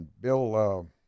Bill